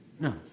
No